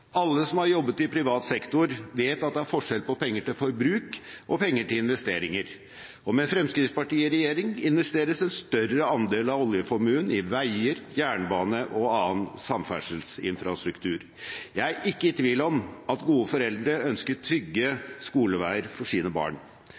Alle som har jobbet i privat sektor, vet at det er forskjell på penger til forbruk og penger til investeringer, og med Fremskrittspartiet i regjering investeres en større andel av oljeformuen i veier, jernbane og annen samferdselsinfrastruktur. Jeg er ikke i tvil om at gode foreldre ønsker trygge